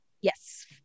Yes